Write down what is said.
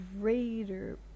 greater